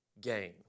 gain